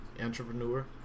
entrepreneur